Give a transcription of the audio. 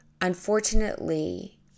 Unfortunately